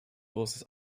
großes